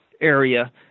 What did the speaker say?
area